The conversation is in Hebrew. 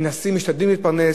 מנסים לפרנס,